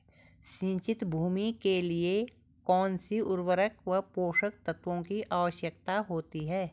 सिंचित भूमि के लिए कौन सी उर्वरक व पोषक तत्वों की आवश्यकता होती है?